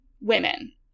women